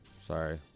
sorry